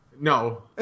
No